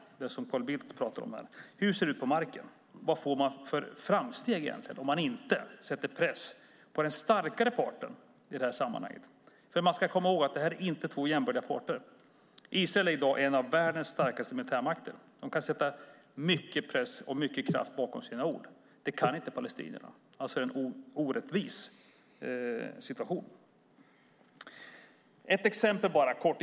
Det är det som Carl Bildt pratar om här. Hur ser det ut på marken? Vad får man egentligen för framsteg om man inte sätter press på den starkare parten i sammanhanget? Man ska komma ihåg att detta inte är två jämbördiga parter. Israel är i dag en av världens starkaste militärmakter. De kan sätta mycket press och mycket kraft bakom sina ord. Det kan inte palestinierna. Det är alltså en orättvis situation. Låt mig ta ett kort exempel.